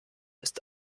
ist